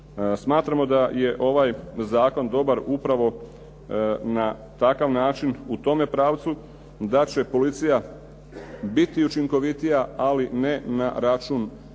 Smatramo da je ovaj zakon dobar upravo na takav način u tome pravcu da će policija biti učinkovitija, ali ne na račun narušavanja